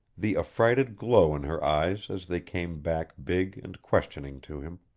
the affrighted glow in her eyes as they came back big and questioning to him.